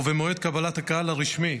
ובמועד קבלת הקהל הרשמי,